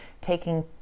taking